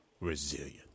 resilient